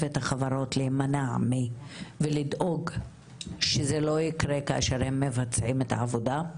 את החברות להימנע ולדאוג שזה לא יקרה כאשר הם מבצעים את העבודה?